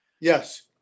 Yes